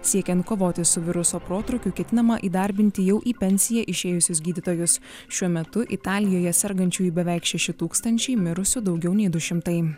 siekiant kovoti su viruso protrūkiu ketinama įdarbinti jau į pensiją išėjusius gydytojus šiuo metu italijoje sergančiųjų beveik šeši tūkstančiai mirusių daugiau nei du šimtai